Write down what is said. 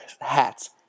hats